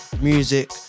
music